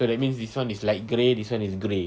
so that means this [one] is light grey this one is grey